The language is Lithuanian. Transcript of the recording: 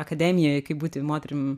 akademijoj kaip būti moterim